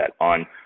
on